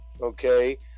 Okay